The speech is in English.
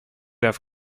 have